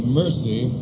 mercy